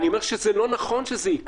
זה לא נכון שזה יקרה,